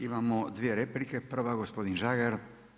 Imamo dvije replike, prva gospodin Žagar.